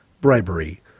bribery